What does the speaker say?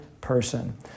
person